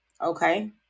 okay